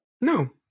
No